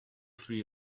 three